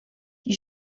die